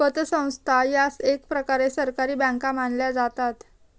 पतसंस्था या एकप्रकारे सहकारी बँका मानल्या जातात